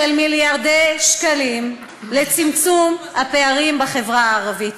של מיליארדי שקלים, לצמצום הפערים בחברה הערבית.